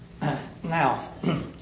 Now